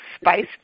spice